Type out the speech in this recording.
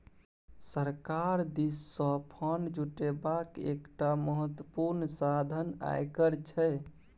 सरकार दिससँ फंड जुटेबाक एकटा महत्वपूर्ण साधन आयकर छै